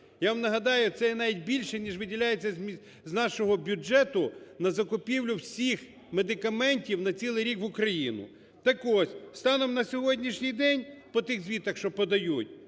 Я вам нагадаю, це навіть більше ніж виділяється з нашого бюджету на закупівлю всіх медикаментів на цілий рік в Україну. Так ось станом на сьогоднішній день по тих звітах, що подають